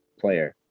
player